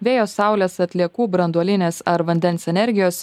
vėjo saulės atliekų branduolinės ar vandens energijos